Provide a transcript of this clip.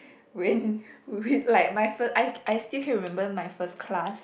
when with like my first I I still can remember my first class